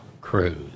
Cruz